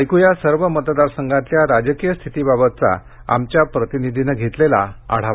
ऐक्या सर्व मतदारसंघातल्या राजकीय स्थितीबाबतचा आमच्या प्रतिनिधीनं घेतलेला आढावा